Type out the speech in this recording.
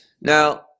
Now